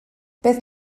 beth